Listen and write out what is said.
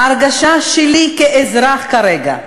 ההרגשה שלי כאזרחית כרגע,